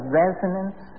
resonance